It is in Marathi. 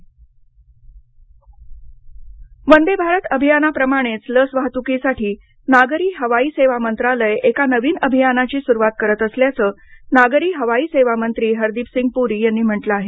लस वाहतूक वंदे भारत अभियानाप्रमाणेच लस वाहतुकीसाठी नागरी हवाई सेवा मंत्रालय एका नवीन अभियानाची सुरवात करत असल्याचं नागरी हवाई सेवा मंत्री हरदीप सिंग पुरी यांनी म्हटलं आहे